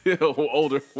Older